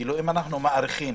שאם אנחנו מאריכים,